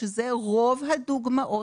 שזה רוב הדוגמאות,